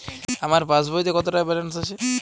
আমার পাসবইতে কত টাকা ব্যালান্স আছে?